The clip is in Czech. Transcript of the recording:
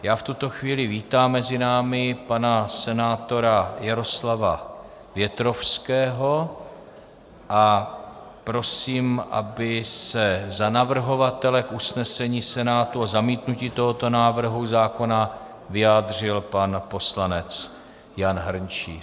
Já v tuto chvíli vítám mezi námi pana senátora Jaroslava Větrovského a prosím, aby se za navrhovatele k usnesení Senátu o zamítnutí tohoto návrhu zákona vyjádřil pan poslanec Jan Hrnčíř.